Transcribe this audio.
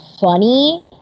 funny